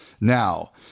Now